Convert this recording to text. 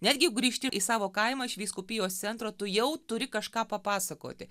netgi grįžti į savo kaimą iš vyskupijos centro tu jau turi kažką papasakoti